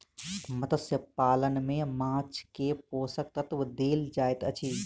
मत्स्य पालन में माँछ के पोषक तत्व देल जाइत अछि